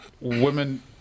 women